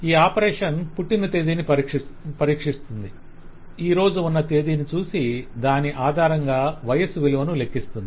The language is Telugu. ఈ ఆపరేషన్ పుట్టిన తేదీని పరీక్షిస్తుంది ఈ రోజు ఉన్న తేదీని చూసి దాని ఆధారంగా వయస్సు విలువను లెక్కిస్తుంది